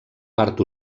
part